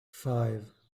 five